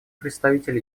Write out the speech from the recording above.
представитель